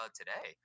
today